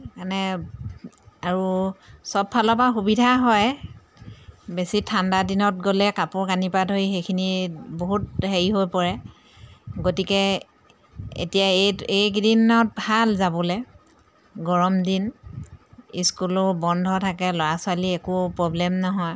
মানে আৰু চব ফালৰ পৰা সুবিধা হয় বেছি ঠাণ্ডা দিনত গ'লে কাপোৰ কানি পা ধৰি সেইখিনি বহুত হেৰি হৈ পৰে গতিকে এতিয়া এই এইকেইদিনত ভাল যাবলৈ গৰম দিন স্কুলো বন্ধ থাকে ল'ৰা ছোৱালী একো প্ৰব্লেম নহয়